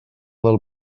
del